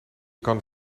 kan